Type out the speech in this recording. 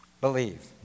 Believe